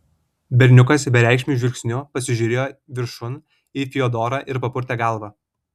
berniukas bereikšmiu žvilgsniu pasižiūrėjo viršun į fiodorą ir papurtė galvą